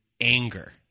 anger